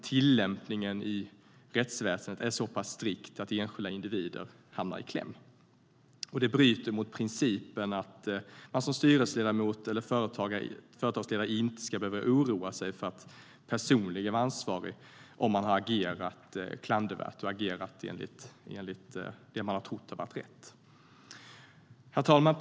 Tillämpningen i rättsväsendet är så pass strikt att enskilda individer hamnar i kläm. Detta bryter mot principen att man som styrelseledamot eller företagsledare inte ska behöva oroa sig för att bli personligt ansvarig om man har agerat klandervärt men enligt vad man trodde var rätt. Herr ålderspresident!